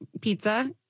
pizza